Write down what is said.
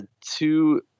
two